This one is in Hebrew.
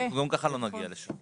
אנחנו גם ככה לא נגיע לשם.